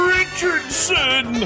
Richardson